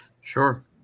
Sure